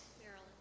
Marilyn